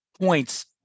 points